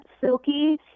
Silky